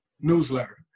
newsletter